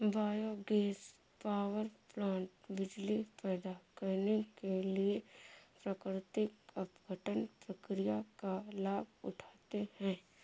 biogas power plant बिजली पैदा करने के लिए प्राकृतिक अपघटन प्रक्रिया का लाभ उठाते हैं